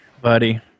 buddy